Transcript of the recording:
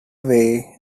way